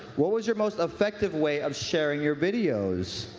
what was your most effective way of sharing your videos?